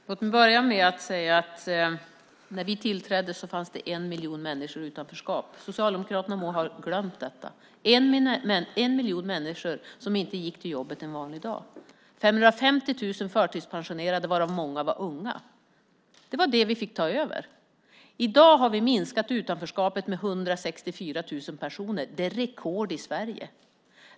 Herr talman! Låt mig börja med att säga att när vi tillträdde fanns det 1 miljon människor i utanförskap. Socialdemokraterna må ha glömt detta. Det var 1 miljon människor som inte gick till jobbet en vanlig dag. 550 000 förtidspensionerade, varav många var unga, var det vi fick ta över. I dag har vi minskat utanförskapet med 164 000 personer. Det är rekord i Sverige.